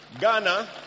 Ghana